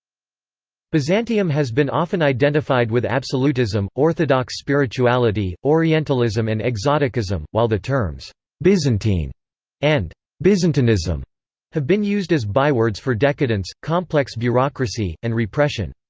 byzantium has been often identified with absolutism, orthodox spirituality, orientalism and exoticism, while the terms byzantine and byzantinism have been used as bywords for decadence, complex bureaucracy, and repression.